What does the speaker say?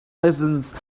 lessons